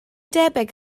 debyg